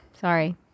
Sorry